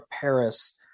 Paris